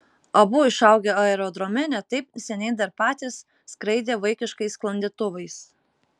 abu išaugę aerodrome ne taip seniai dar patys skraidę vaikiškais sklandytuvais